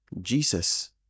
Jesus